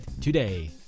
today